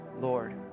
Lord